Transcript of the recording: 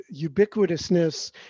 ubiquitousness